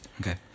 Okay